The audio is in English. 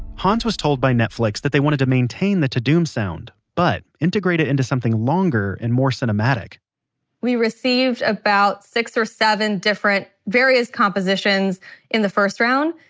hans was told by netflix that they wanted to maintain the ta-dum sound, but integrate it into something longer and more cinematic we received about six or seven different various compositions in the first round,